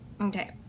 Okay